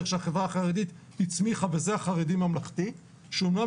של החברה החרדית הצמיחה בזה החרדי ממלכתי שאמנם